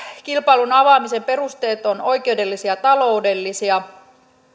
kilpailun avaamisen perusteet ovat oikeudellisia ja taloudellisia